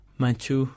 manchu